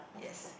yes